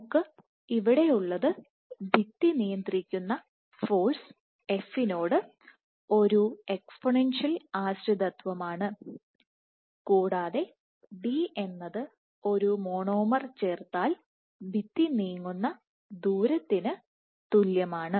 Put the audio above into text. നമുക്ക് ഇവിടെ ഉള്ളത് ഭിത്തി നിയന്ത്രിക്കുന്ന ഫോഴ്സ് f നോട് ഒരു എക്സ്പോണൻഷ്യൽ ആശ്രിതത്വമാണ് കൂടാതെ d എന്നത് ഒരു മോണോമർ ചേർത്താൽ ഭിത്തി നീങ്ങുന്ന ദൂരത്തിന് തുല്യമാണ്